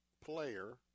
player